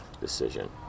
decision